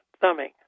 thumbing